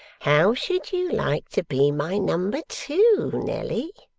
how should you like to be my number two, nelly